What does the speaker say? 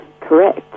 correct